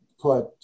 put